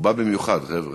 הוא בא במיוחד, חבר'ה.